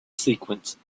sequence